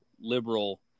liberal